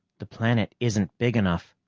the planet isn't big enough.